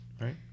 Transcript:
right